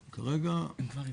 כרגע, לא.